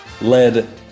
led